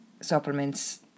supplements